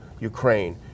Ukraine